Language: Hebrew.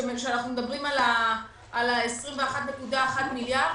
כשאנחנו מדברים על 21.1 מיליארד,